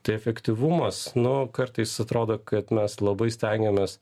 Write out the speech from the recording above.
tai efektyvumas nu kartais atrodo kad mes labai stengiamės